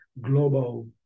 global